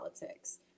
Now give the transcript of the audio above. politics